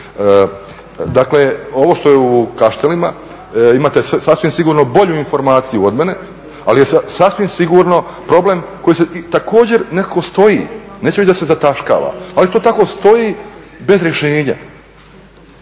Dakle ovo što je u Kaštelima imate sasvim sigurno bolju informaciju od mene, ali je sasvim sigurno problem koji također nekako stoji, neću reći da se zataškava, ali to tako stoji bez rješenja.